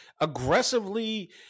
aggressively